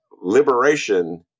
liberation